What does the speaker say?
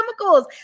chemicals